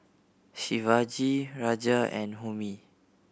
Shivaji Raja and Homi